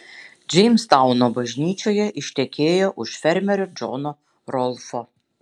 džeimstauno bažnyčioje ištekėjo už fermerio džono rolfo